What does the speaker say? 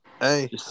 Hey